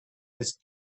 this